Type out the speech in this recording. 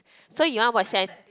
so you want to watch seven